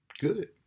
good